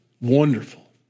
Wonderful